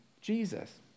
Jesus